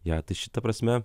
ją tai šita prasme